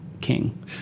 king